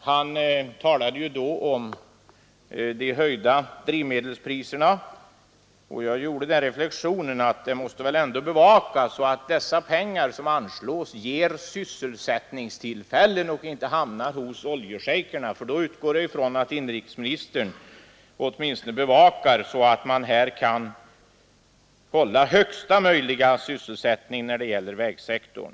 Han berörde de höjda drivmedelspriserna, och jag gjorde då den reflexionen att det väl måste bevakas att de pengar som anslås kommer att ge sysselsättningstillfällen och inte hamnar hos oljeshejkerna. Jag utgår från att inrikesministern ser till att vi kan hålla högsta möjliga sysselsättning på vägsektorn.